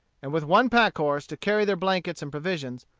and with one pack-horse to carry their blankets and provisions,